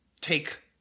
take